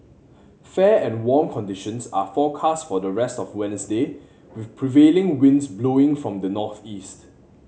fair and warm conditions are forecast for the rest of Wednesday with prevailing winds blowing from the northeast